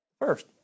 First